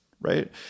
Right